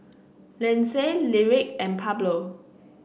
Lindsay Lyric and Pablo